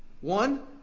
One